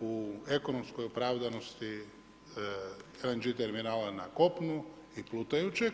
u ekonomskoj opravdanosti LNG terminala na kopnu i plutajućeg?